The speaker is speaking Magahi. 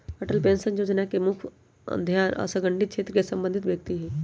अटल पेंशन जोजना के मुख्य ध्यान असंगठित क्षेत्र से संबंधित व्यक्ति हइ